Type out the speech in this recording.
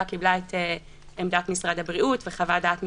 קיבלה את עמדת משרד הבריאות וחוות דעת מקצועית,